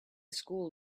school